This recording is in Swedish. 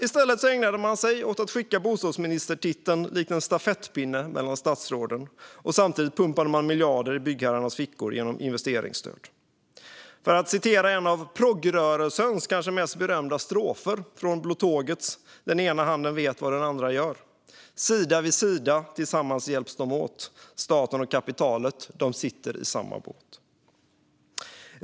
I stället ägnade man sig åt att skicka bostadsministertiteln likt en stafettpinne mellan statsråden, och samtidigt pumpade man in miljarder i byggherrarnas fickor genom investeringsstöd. För att citera en av proggrörelsens kanske mest berömda strofer, från Blå Tågets Den ena handen vet vad den andra gör : Sida vid sida, tillsammans hjälps dom åt, staten och kapitalet, dom sitter i samma båt.